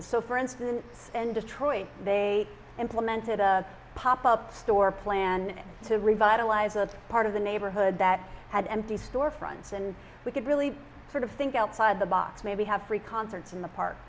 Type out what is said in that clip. of so for instance in detroit they implemented a pop up store plan to revitalize a part of the neighborhood that had empty storefronts and we could really sort of think outside the box maybe have free concerts in the park